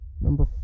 Number